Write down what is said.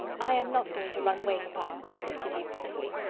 i am not going to run away, papa, said kitty fretfully.